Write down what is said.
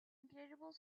incredible